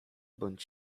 bądź